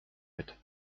mit